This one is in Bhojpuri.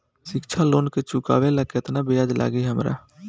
शिक्षा लोन के चुकावेला केतना ब्याज लागि हमरा?